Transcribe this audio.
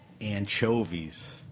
Anchovies